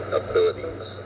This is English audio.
abilities